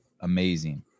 amazing